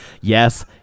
yes